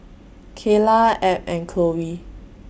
Keyla Abb and Chloe